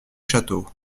château